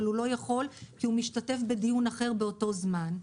אבל הוא לא יכול כי הוא משתתף בדיון אחר באותו זמן.